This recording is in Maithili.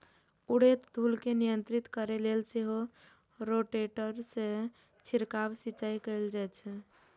उड़ैत धूल कें नियंत्रित करै लेल सेहो रोटेटर सं छिड़काव सिंचाइ कैल जाइ छै